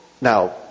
Now